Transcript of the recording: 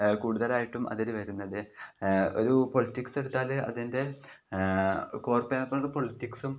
കൂടുതലായിട്ടും അതിൽ വരുന്നത് ഒരു പൊളിറ്റിക്സ് എടുത്താൽ അതിൻ്റെ കോ പേപ്പറുണ്ട് പൊളിറ്റിക്സും